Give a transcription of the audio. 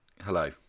hello